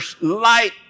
light